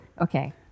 Okay